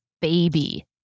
baby